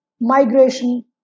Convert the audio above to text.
migration